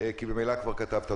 כי ממילא כבר כתבת.